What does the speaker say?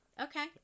okay